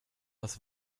was